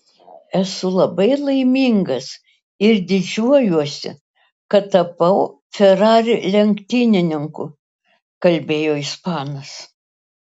esu labai laimingas ir didžiuojuosi kad tapau ferrari lenktynininku kalbėjo ispanas